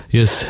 yes